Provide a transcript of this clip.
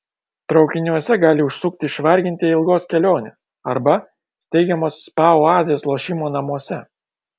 traukiniuose gali užsukti išvargintieji ilgos kelionės arba steigiamos spa oazės lošimo namuose